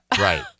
Right